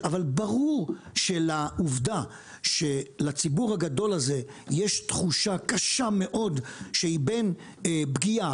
ברור שלעובדה שלציבור הגדול הזה יש תחושה קשה מאוד שהיא בין פגיעה,